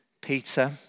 Peter